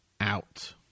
out